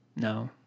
No